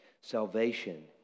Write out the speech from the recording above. Salvation